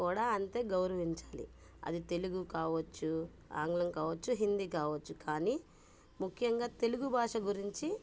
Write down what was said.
కూడా అంతే గౌరవించాలి అది తెలుగు కావచ్చు ఆంగ్లం కావచ్చు హిందీ కావచ్చు కానీ ముఖ్యంగా తెలుగు భాష గురించి